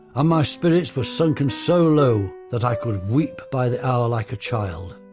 ah my spirits were sunken so low, that i could weep by the hour like a child.